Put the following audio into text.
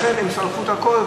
לכן הם שרפו את הכול,